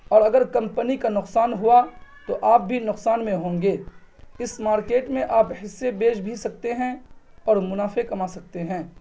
اور اگر کمپنی کا نقصان ہوا تو آپ بھی نقصان میں ہوں گے اس مارکیٹ میں آپ حصے بیچ بھی سکتے ہیں اور منافعے کما سکتے ہیں